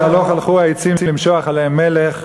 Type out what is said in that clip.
הלוך הלכו העצים למשוח עליהם מלך.